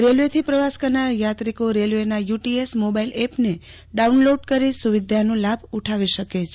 રેલ્વેથી પ્રવાસ કરનાર યાત્રિકો રેલ્વેના યુટીએસ મોબાઈલ એપને ડાઉનલોડ કરીસુવિધાનો લાભ ઉઠાવી શકે છે